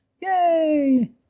Yay